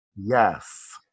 Yes